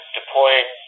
deploying